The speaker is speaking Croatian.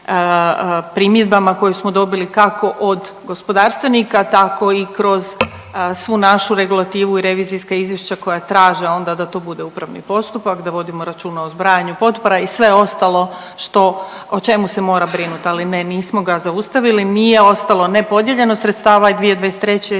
primjedbama koje smo dobili kako od gospodarstvenika tako i kroz svu našu regulativu i revizijska izvješća koja traže onda da to bude upravni postupak, da vodimo računa o zbrajanju potpora i sve ostalo što o čemu se mora brinut. Ali ne nismo ga zaustavili, nije ostalo nepodijeljeno sredstava i 2023.